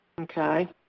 Okay